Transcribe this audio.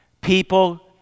People